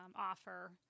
offer